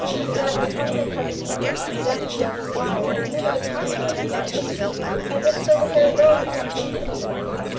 to them the coming of cousin henry, and the death of the old squire, and then the departure of their young mistress, had been as though the whole world had come to an end for them.